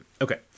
Okay